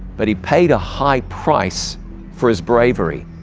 but he paid a high price for his bravery.